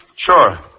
Sure